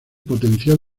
potencial